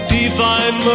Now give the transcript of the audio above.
divine